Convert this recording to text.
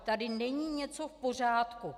Tady není něco v pořádku.